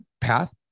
path